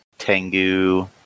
Tengu